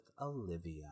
Olivia